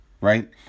right